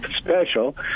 special